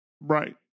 Right